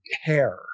hair